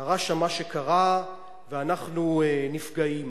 קרה שם מה שקרה ואנחנו נפגעים.